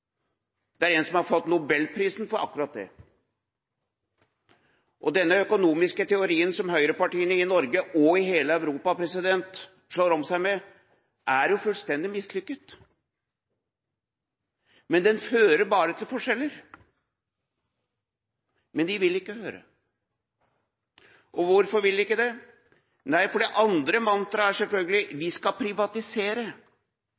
Det er noen som har fått Nobelprisen for å vise til akkurat det. Den økonomiske teorien som høyrepartiene i Norge og i hele Europa slår om seg med, er jo fullstendig mislykket. Den fører bare til forskjeller. Men de vil ikke høre. Og hvorfor vil de ikke det? Nei, for det andre mantraet er selvfølgelig: